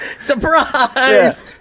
Surprise